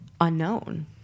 unknown